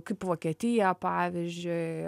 kaip vokietija pavyzdžiui